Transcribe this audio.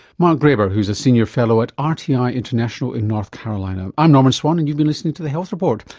mark graber, who is a senior fellow at ah rti international in north carolina. i'm norman swan and you've been listening to the health report.